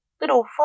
Little